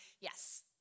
yes